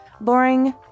boring